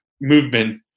movement